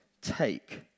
take